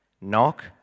Knock